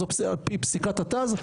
זה על פי פסיקת הט"ז,